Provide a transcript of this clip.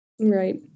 Right